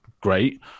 great